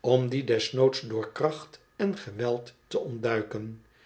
om die desnoods door kracht en geweld te ontduiken